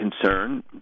concern